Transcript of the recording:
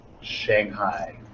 Shanghai